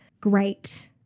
great